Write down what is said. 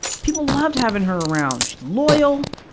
people loved having her around. she's loyal.